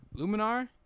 Luminar